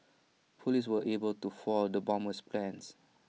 Police were able to foil the bomber's plans